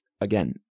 Again